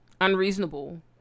unreasonable